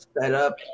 setup